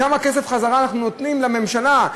כמה כסף אנחנו נותנים חזרה לממשלה.